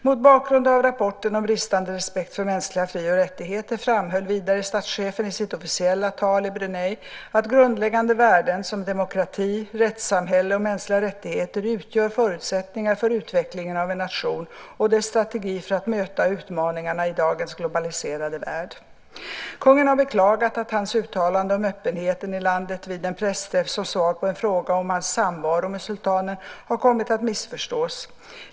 Mot bakgrund av rapporter om bristande respekt för mänskliga fri och rättigheter framhöll vidare statschefen i sitt officiella tal i Brunei att grundläggande värden som demokrati, rättssamhälle och mänskliga rättigheter utgör förutsättningar för utvecklingen av en nation och dess strategi för att möta utmaningarna i dagens globaliserade värld. Kungen har beklagat att hans uttalande om öppenheten i landet vid en pressträff, som svar på en fråga om hans samvaro med sultanen, har kommit att missförstås.